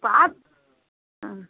பாத் ஆ